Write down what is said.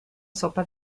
sopa